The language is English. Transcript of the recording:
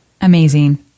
Amazing